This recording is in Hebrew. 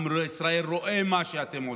עם ישראל רואה מה שאתם עושים,